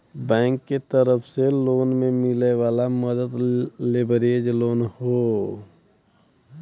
bank के तरफ से लोन में मिले वाला मदद लेवरेज लोन हौ